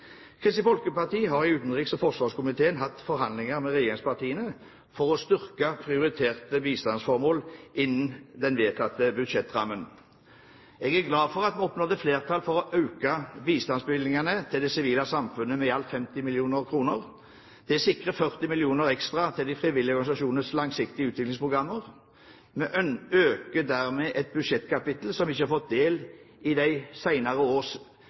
Kristelig Folkeparti har i utenriks- og forsvarskomiteen hatt forhandlinger med regjeringspartiene for å styrke prioriterte bistandsformål innen den vedtatte budsjettrammen. Jeg er glad for at vi oppnådde flertall for å øke bistandsbevilgningen til det sivile samfunn med i alt 50 mill. kr. Det sikrer 40 mill. kr ekstra til de frivillige organisasjonenes langsiktige utviklingsprogrammer. Vi øker dermed et budsjettkapittel som ikke har fått del i de